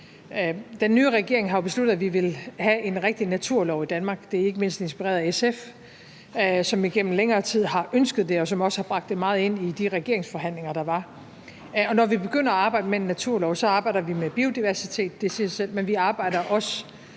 Den nye regering har jo besluttet, at vi vil have en rigtig naturlov i Danmark. Det er ikke mindst inspireret af SF, som igennem længere tid har ønsket det, og som også har bragt det meget ind i de regeringsforhandlinger, der var, og når vi begynder at arbejde med en naturlov, arbejder vi med biodiversitet – det siger sig selv – men vi arbejder også